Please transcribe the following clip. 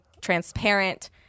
transparent